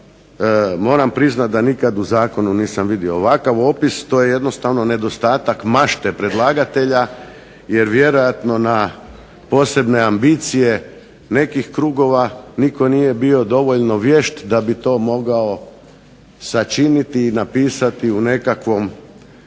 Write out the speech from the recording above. moram priznati nikada u zakonu nisam vidio, ovakav opis to je jednostavno nedostatak mašte predlagatelja, jer vjerojatno na posebne ambicije nekih krugova nitko nije bio dovoljno vješt da bi to mogao sačiniti i napisati u